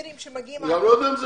אני לא יודע למה לא עשו את זה